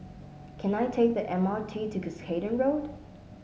can I take the M R T to Cuscaden Road